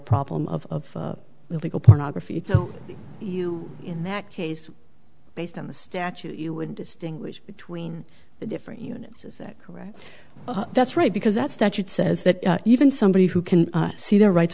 problem of illegal pornography so you in that case based on the statute you would distinguish between the different units is that correct that's right because that statute says that even somebody who can see their rights